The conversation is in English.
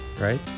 Right